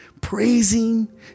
praising